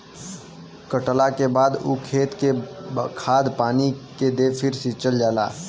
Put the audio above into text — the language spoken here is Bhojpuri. कटला के बाद ऊ खेत के खाद पानी दे के फ़िर से सिंचल जाला